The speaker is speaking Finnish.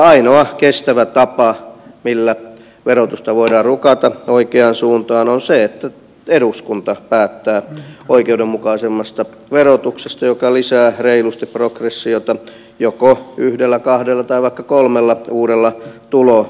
ainoa kestävä tapa millä verotusta voidaan rukata oikeaan suuntaan on se että eduskunta päättää oikeudenmukaisemmasta verotuksesta joka lisää reilusti progressiota joko yhdellä kahdella tai vaikka kolmella uudella tuloluokalla